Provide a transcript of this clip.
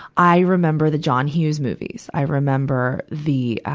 i remember the john hughes movies. i remember the,